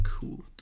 Cool